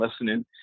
listening